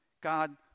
God